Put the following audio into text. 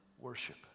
worship